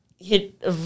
Hit